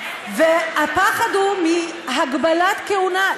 והפחד הוא מהגבלת כהונה.